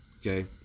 Okay